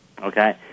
Okay